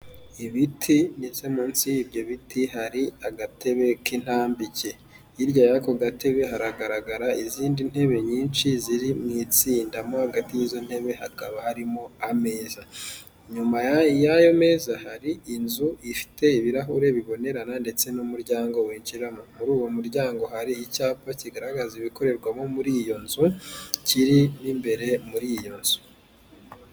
Ibiti ndetse munsi y'ibyo biti hari agatebe k'intambike, hirya y'ako gatebe haragaragara izindi ntebe nyinshi ziri mu itsinda mo hagati y'izo ntebe hakaba harimo ameza, inyuma y'ayo meza hari inzu ifite ibirahure bibonerana ndetse n'umuryango wijiramo, muri uwo muryango hari icyapa kigaragaza ibikorerwamo muri iyo nzu kiri mu imbere muri iyo nzu.